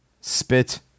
spit